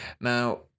now